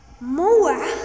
More